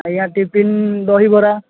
ଆଜ୍ଞା ଟିଫିନ୍ ଦହିବରା